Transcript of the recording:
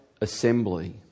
assembly